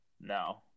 No